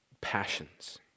passions